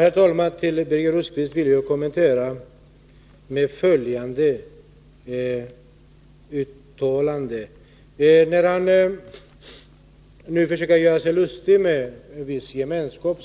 Herr talman! Birger Rosqvists inlägg vill jag kommentera med följande uttalande. Birger Rosqvist försöker göra sig lustig över en viss gemenskap